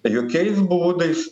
jokiais būdais